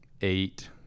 eight